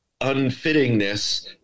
unfittingness